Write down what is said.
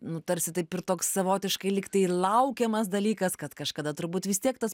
nu tarsi taip ir toks savotiškai lyg tai ir laukiamas dalykas kad kažkada turbūt vis tiek tas